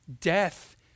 death